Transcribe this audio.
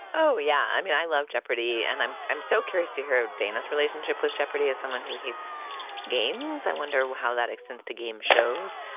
oh, yeah. i mean, i love jeopardy. and i'm i'm so curious to hear dana's relationship with jeopardy. as someone who hates games. i wonder how that extends to game shows.